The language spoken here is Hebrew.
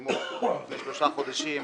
שפורסמו לפני שלושה חודשים,